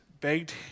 begged